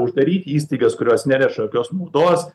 uždaryti įstaigas kurios neneša jokios naudos